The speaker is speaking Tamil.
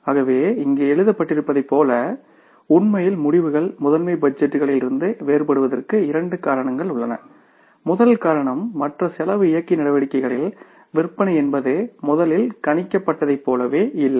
ஆகவே இங்கு எழுதப்பட்டிருப்பதைப் போல உண்மையில் முடிவுகள் மாஸ்டர் பட்ஜெட்டுகளிலிருந்து வேறுபடுவதற்கு இரண்டு காரணங்கள் உள்ளன முதல் காரணம் மற்ற செலவு இயக்கி நடவடிக்கைகளில் விற்பனை என்பது முதலில் கணிக்கப்பட்டதைப் போலவே இல்லை